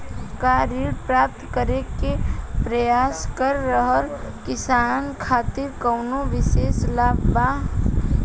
का ऋण प्राप्त करे के प्रयास कर रहल किसान खातिर कउनो विशेष लाभ बा?